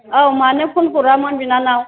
औ मानो फन हरामोन बिनानाव